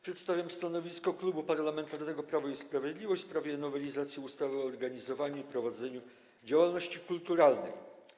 Przedstawiam stanowisko Klubu Parlamentarnego Prawo i Sprawiedliwość w sprawie nowelizacji ustawy o organizowaniu i prowadzeniu działalności kulturalnej.